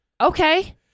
Okay